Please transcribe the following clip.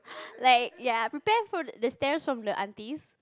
like ya prepare for the stares from the aunties